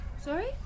Sorry